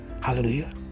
hallelujah